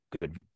good